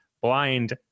Blind